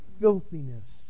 filthiness